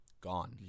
gone